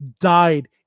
died